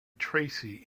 tracy